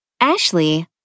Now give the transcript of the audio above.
Ashley